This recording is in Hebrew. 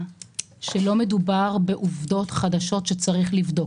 שלא מדובר בעובדות חדשות שצריך לבדוק.